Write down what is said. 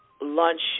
lunch